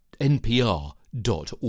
npr.org